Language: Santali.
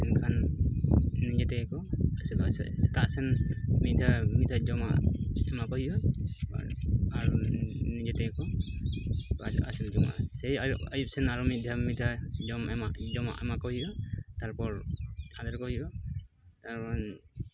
ᱢᱮᱱᱠᱷᱟᱱ ᱱᱤᱡᱮᱛᱮᱜᱮ ᱠᱚ ᱟᱥᱩᱞᱚᱜᱼᱟ ᱥᱮᱛᱟᱜᱥᱮᱱ ᱢᱤᱫᱫᱷᱟᱣ ᱢᱤᱫᱫᱷᱟᱣ ᱡᱚᱢᱟᱜ ᱮᱢᱟᱠᱚ ᱦᱩᱭᱩᱜᱼᱟ ᱟᱨ ᱟᱨ ᱱᱤᱡᱮᱛᱮᱜᱮ ᱠᱚ ᱯᱟᱸᱡᱟ ᱟᱥᱩᱞ ᱡᱚᱝᱟᱜᱼᱟ ᱥᱮᱭ ᱟᱭ ᱟᱭᱩᱵ ᱥᱮᱱ ᱟᱨ ᱢᱤᱫᱫᱷᱟᱣ ᱡᱚᱢ ᱮᱢᱟ ᱡᱚᱢᱟᱜ ᱮᱢᱟ ᱠᱚ ᱦᱩᱭᱩᱜᱼᱟ ᱛᱟᱨᱯᱚᱨ ᱟᱫᱮᱨ ᱠᱚ ᱦᱩᱭᱩᱜᱼᱟ ᱟᱨ